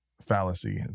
fallacy